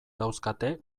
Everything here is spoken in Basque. dauzkate